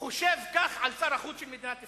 חושב כך על שר החוץ של מדינת ישראל.